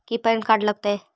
की PAN card लग तै?